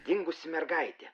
dingusi mergaitė